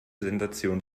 sensation